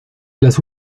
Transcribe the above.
las